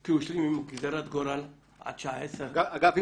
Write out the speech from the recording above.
כי הוא השלים עם גזירת גורל עד שעה 10:00 --- אגב,